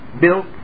built